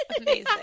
Amazing